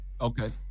Okay